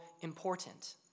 important